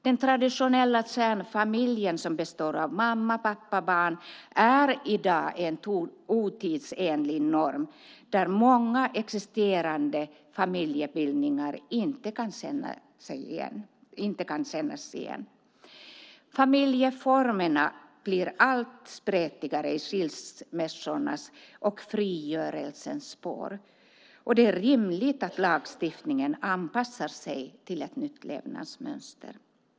Den traditionella kärnfamiljen, som består av mamma, pappa, barn, är i dag en otidsenlig norm där många existerande familjebildningar inte kan kännas igen. Familjeformerna blir allt spretigare i skilsmässornas och frigörelsens spår, och det är rimligt att lagstiftningen anpassas till nya levnadsmönster.